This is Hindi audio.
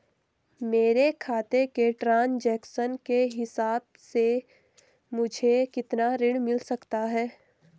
मेरे खाते के ट्रान्ज़ैक्शन के हिसाब से मुझे कितना ऋण मिल सकता है?